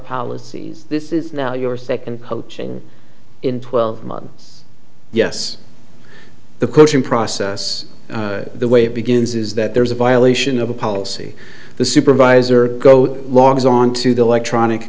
policies this is your second coaching in twelve months yes the coaching process the way it begins is that there's a violation of a policy the supervisor go logs on to the electronic